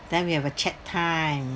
then we have a chat time